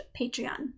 Patreon